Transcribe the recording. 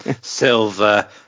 silver